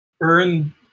earn